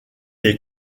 est